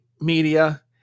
media